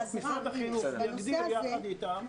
משרד החינוך מגדיר יחד איתם,